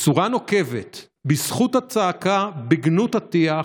בצורה נוקבת, בזכות הצעקה, בגנות הטיח,